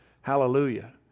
hallelujah